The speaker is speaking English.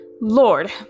Lord